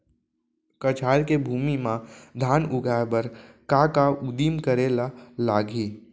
कछार के भूमि मा धान उगाए बर का का उदिम करे ला लागही?